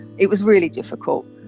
it was really difficult,